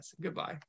goodbye